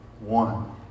one